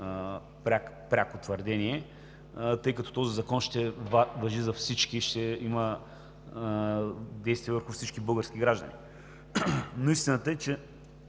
пряко твърдение, тъй като този закон ще важи за всички, ще има действие върху всички български граждани. Но истината е, че